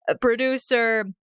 producer